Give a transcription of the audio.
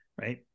right